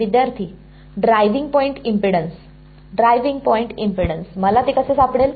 विद्यार्थीः driving point impedance driving point impedance मला ते कसे सापडेल